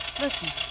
Listen